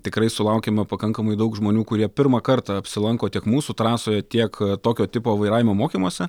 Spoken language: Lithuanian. tikrai sulaukiama pakankamai daug žmonių kurie pirmą kartą apsilanko tiek mūsų trasoje tiek tokio tipo vairavimo mokymuose